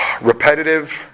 repetitive